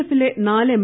എഫിലെ നാല് എം